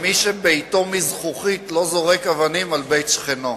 מי שביתו מזכוכית לא זורק אבנים על בית שכנו.